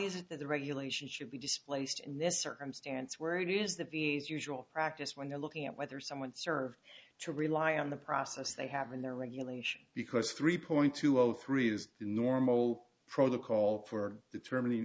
is it that the regulation should be displaced in this circumstance where it is the v a s usual practice when they're looking at whether someone served to rely on the process they have in their regulations because three point two zero three is the normal protocol for determining